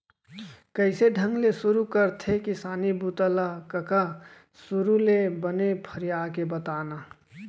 कइसे ढंग ले सुरू करथे किसानी बूता ल कका? सुरू ले बने फरिया के बता न